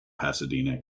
pasadena